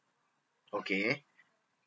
okay